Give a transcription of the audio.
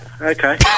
okay